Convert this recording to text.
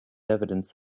evidence